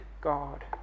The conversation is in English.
God